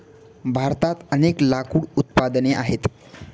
भारतात अनेक लाकूड उत्पादने आहेत